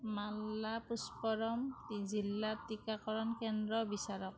মালাপুস্পৰম জিলাত টীকাকৰণ কেন্দ্ৰ বিচাৰক